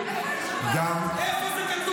לא, לא,